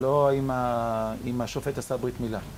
לא עם השופט עשה ברית מילה